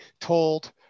told